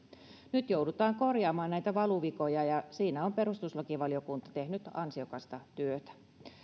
nyt joudutaan korjaamaan näitä valuvikoja ja siinä on perustuslakivaliokunta tehnyt ansiokasta työtä